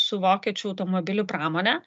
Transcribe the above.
su vokiečių automobilių pramone